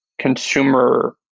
consumer